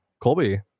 Colby